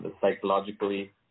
psychologically